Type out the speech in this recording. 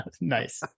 nice